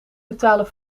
betalen